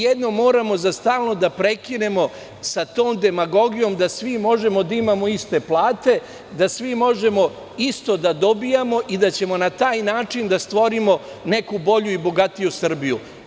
Jednom za stalno moramo da prekinemo sa tom demagogijom da svi možemo da imamo iste plate, da svi možemo isto da dobijamo i da ćemo na taj način da stvorimo neku bolju i bogatiju Srbiju.